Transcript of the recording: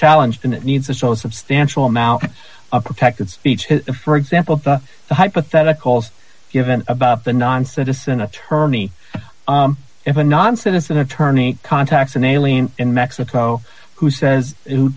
challenge than it needs a so substantial amount of protected speech has for example the hypotheticals given about the non citizen attorney if a non citizen attorney contacts an alien in mexico who says who